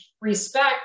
respect